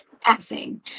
passing